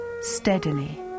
steadily